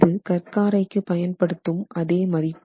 இது கற்காரைக்கு பயன்படுத்தும் அதே மதிப்பு